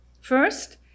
First